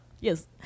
yes